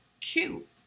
cute